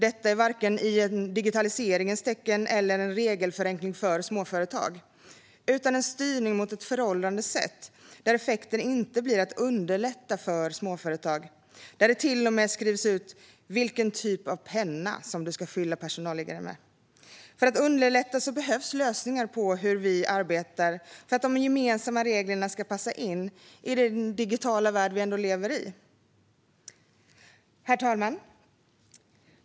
Detta är varken i digitaliseringens tecken eller en regelförenkling för småföretag, utan det är en styrning mot ett föråldrat sätt. Effekten blir inte att man underlättar för småföretag. Det skrivs till och med ut vilken typ av penna som du ska fylla i personalliggaren med. För att underlätta behövs lösningar i fråga om hur vi arbetar för att de gemensamma reglerna ska passa in i den digitala värld vi lever i. Herr talman!